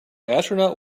astronaut